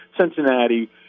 Cincinnati